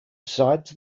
besides